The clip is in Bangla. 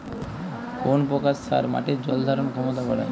কোন প্রকার সার মাটির জল ধারণ ক্ষমতা বাড়ায়?